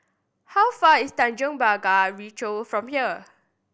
how far is Tanjong Pagar Ricoh from here